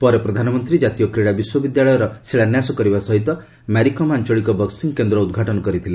ପରେ ପ୍ରଧାନମନ୍ତ୍ରୀ ଜାତୀୟ କ୍ରୀଡ଼ା ବିଶ୍ୱବିଦ୍ୟାଳୟର ଶିଳାନ୍ୟାସ କରିବା ସହିତ ମ୍ୟାରିକମ୍ ଆଞ୍ଚଳିକ ବକ୍କିଂ କେନ୍ଦ୍ର ଉଦ୍ଘାଟନ କରିଥିଲେ